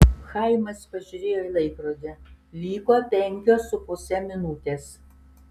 chaimas pažiūrėjo į laikrodį liko penkios su puse minutės